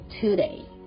today